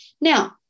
Now